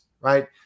right